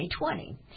2020